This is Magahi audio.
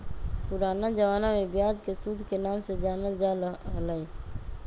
पुराना जमाना में ब्याज के सूद के नाम से जानल जा हलय